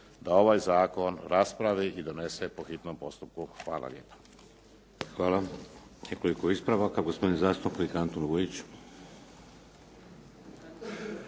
da ovaj zakon raspravi i donese po hitnom postupku. Hvala lijepa. **Šeks, Vladimir (HDZ)** Hvala. Nekoliko ispravaka. Gospodin zastupnik Antun Vujić.